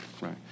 Right